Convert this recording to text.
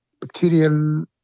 bacterial